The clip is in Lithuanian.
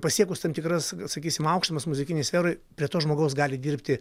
pasiekus tam tikras sakysim aukštumas muzikinėj sferoj prie to žmogaus gali dirbti